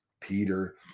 peter